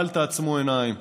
אל תעצמו עיניים.